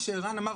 מה שערן אמר,